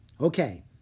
Okay